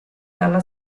dalla